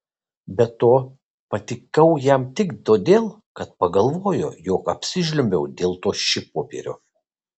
be to patikau jam tik todėl kad pagalvojo jog apsižliumbiau dėl to šikpopierio